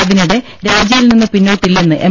അതിനിടെ രാജിയിൽനിന്ന് പിന്നോട്ടില്ലെന്ന് എം